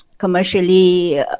Commercially